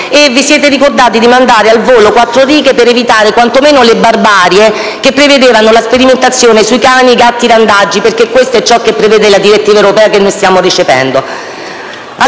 e vi siete ricordati di mandare al volo quattro righe per evitare quanto meno le barbarie che prevedevano la sperimentazione su cani e gatti randagi (perché questo è ciò che prevede la direttiva europea che noi stiamo recependo).